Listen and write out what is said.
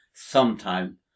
sometime